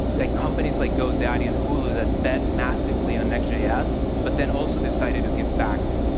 like companies like godaddy and hulu, that bet massively on next js, but then also decided to give back.